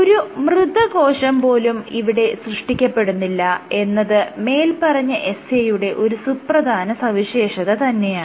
ഒരു മൃതകോശം പോലും ഇവിടെ സൃഷ്ട്ടിക്കപ്പെടുന്നില്ല എന്നത് മേല്പറഞ്ഞ എസ്സേയുടെ ഒരു സുപ്രധാന സവിശേഷത തന്നെയാണ്